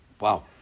wow